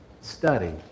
study